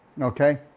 okay